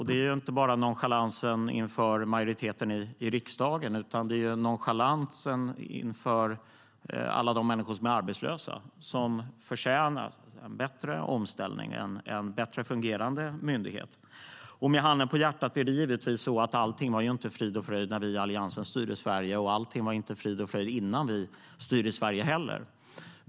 Det är inte bara nonchalansen mot majoriteten i riksdagen. Det är nonchalansen mot alla de människor som är arbetslösa. De förtjänar en bättre omställning och en bättre fungerande myndighet. Med handen på hjärtat är det givetvis så att allting inte var frid och fröjd när vi i Alliansen styrde Sverige, och allting var inte heller frid och fröjd innan vi styrde Sverige.